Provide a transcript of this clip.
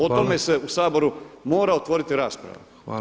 O tome [[Upadica Petrov: Hvala.]] u Saboru mora otvoriti rasprava.